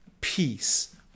Peace